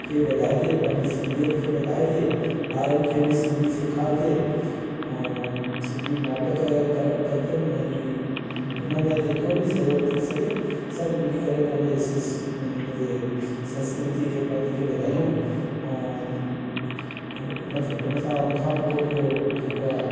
खे वधाइजे पंहिंजी सिंधीयत खे वधाइजे ॿारनि खे बि सिंधी सेखारजे ऐं सिंधी नाटक करा कजनि ऐं हिनमें जेतिरो बि सहयोगु थी सघे सभु मिली करे पंहिंजे संस हुनखे संस्कृति खे पंहिंजी खे वधाइयूं ऐं ऐं हुनखे हुनसां उनखां पोइ वरी इहो जेको आहे